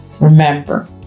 Remember